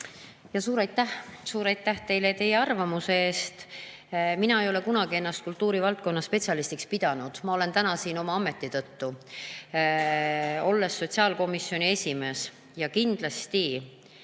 spetsialist. Suur aitäh teile teie arvamuse eest! Mina ei ole kunagi ennast kultuurivaldkonna spetsialistiks pidanud. Ma olen täna siin oma ameti tõttu, olles sotsiaalkomisjoni esimees. Ja kindlasti